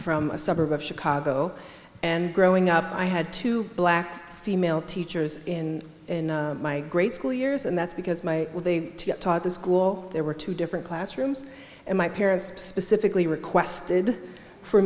from a suburb of chicago and growing up i had two black female teachers in my grade school years and that's because my they taught the school there were two different classrooms and my parents specifically requested for